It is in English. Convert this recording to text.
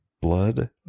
blood